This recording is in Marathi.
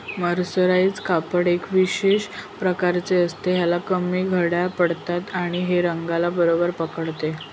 मर्सराइज कापड एका विशेष प्रकारचे असते, ह्याला कमी घड्या पडतात आणि हे रंगाला बरोबर पकडते